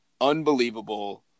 Unbelievable